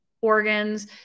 organs